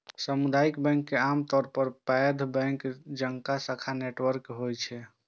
सामुदायिक बैंक के आमतौर पर पैघ बैंक जकां शाखा नेटवर्क नै होइ छै